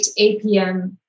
APM